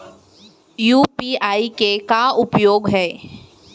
UPI के का उपयोग हे?